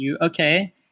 Okay